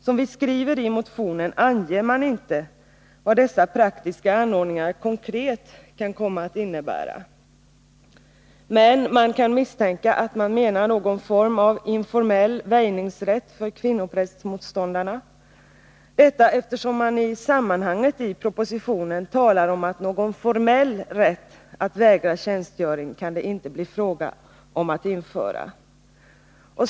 Som vi skriver i motionen anges inte i propositionen vad dessa praktiska anordningar konkret kan komma att innebära. Men vi misstänker att man menar någon form av informell väjningsrätt för kvinnoprästmotståndarna — detta eftersom man i sammanhanget i propositionen talar om att det inte kan bli fråga om att införa någon formell rätt att vägra tjänstgöring.